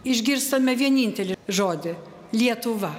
išgirstame vienintelį žodį lietuva